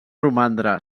romandre